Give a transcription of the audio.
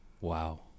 wow